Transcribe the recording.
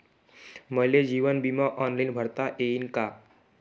मले जीवन बिमा ऑनलाईन भरता येईन का?